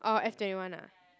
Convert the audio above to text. orh F twenty one ah